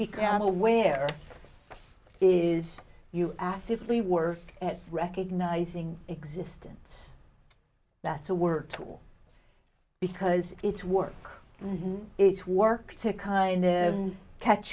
become aware is you actively work at recognizing existence that's a work tool because it's work and it's work to kind of catch